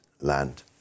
land